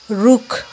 रुख